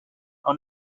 are